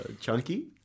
Chunky